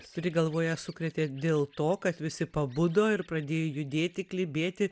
turi galvoje sukrėtė dėl to kad visi pabudo ir pradėjo judėti klibėti